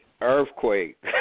earthquake